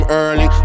early